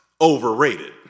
overrated